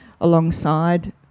alongside